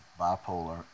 bipolar